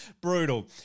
brutal